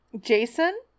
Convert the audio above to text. Jason